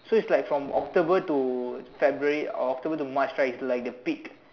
so it's like from October to February or October to March right it's like the peak